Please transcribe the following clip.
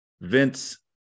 Vince